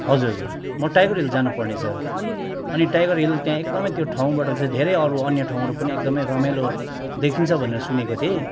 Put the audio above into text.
हजुर हजुर म टाइगर हिल जानु पर्ने छ अनि टाइगर हिल त्यहाँ एकदमै त्यो ठाउँबाट चाहिँ धेरै अन्य अरू ठाउँहरू पनि एकदमै रमाइलो देखिन्छ भनेर सुनेको थिएँ